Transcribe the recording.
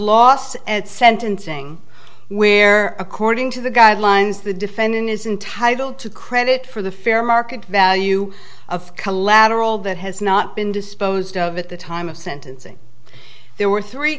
loss at sentencing where according to the guidelines the defendant is entitled to credit for the fair market value of collateral that has not been disposed of at the time of sentencing there were three